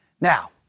Now